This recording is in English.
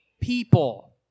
people